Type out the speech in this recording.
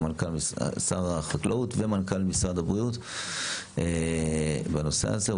שר החקלאות ומנכ"ל משרד הבריאות בנושא הזה.